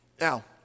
Now